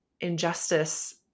injustice